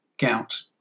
gout